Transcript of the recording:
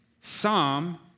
Psalm